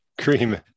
Cream